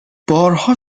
بارها